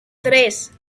tres